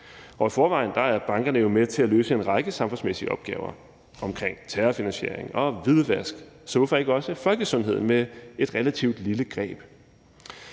jo i forvejen med til at løse en række samfundsmæssige opgaver omkring terrorfinansiering og hvidvask, så hvorfor ikke også folkesundheden med et relativt lille greb?